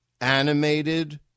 animated